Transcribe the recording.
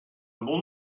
bon